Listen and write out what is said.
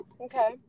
Okay